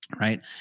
Right